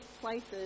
places